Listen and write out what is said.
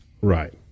Right